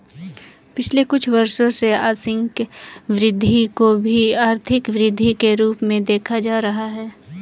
पिछले कुछ वर्षों से आंशिक वृद्धि को भी आर्थिक वृद्धि के रूप में देखा जा रहा है